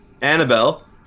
annabelle